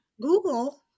Google